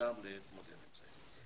שניתן להתמודד עם זה.